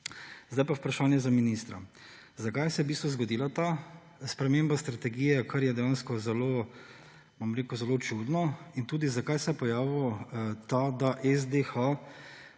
Sedaj pa vprašanje za ministra: Zakaj se je v bistvu zgodila ta sprememba strategije, kar je dejansko zelo čudno? Zakaj se je pojavilo to, da SDH